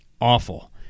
awful